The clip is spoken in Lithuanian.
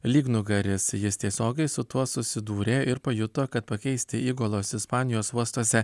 lygnugaris jis tiesiogiai su tuo susidūrė ir pajuto kad pakeisti įgulos ispanijos uostuose